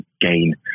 gain